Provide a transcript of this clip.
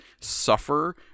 suffer